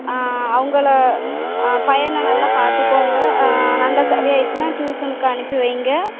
ஆ அவங்கள பையனை நல்லா பார்த்துக்கோங்க நல்லா சரியாயிடுச்சின்னால் டியூசனுக்கு அனுப்பி வைங்க